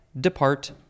Depart